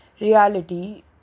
reality